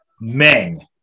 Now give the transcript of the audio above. Meng